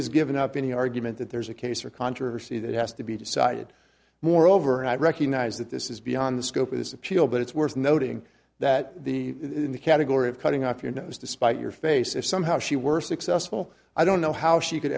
has given up in her argument that there's a case or controversy that has to be decided moreover i recognize that this is beyond the scope of this appeal but it's worth noting that the in the category of cutting off your nose to spite your face if somehow she were successful i don't know how she could